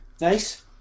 Nice